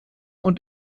und